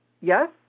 yes